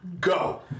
Go